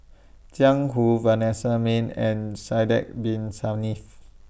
Jiang Hu Vanessa Mae and Sidek Bin Saniff